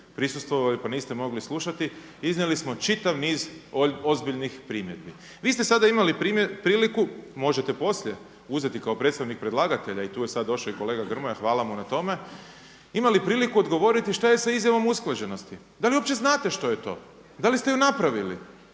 prisustvovali, pa niste mogli slušati iznijeli smo čitav niz ozbiljnih primjedbi. Vi ste sada imali priliku, možete poslije uzeti kao predstavnik predlagatelja i tu je sad došao i kolega Grmoja, hvala mu na tome. Ima li priliku odgovoriti što je sa izjavom usklađenosti. Da li uopće znate što je to? Da li ste ju napravili?